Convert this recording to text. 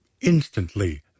Instantly